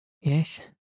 Yes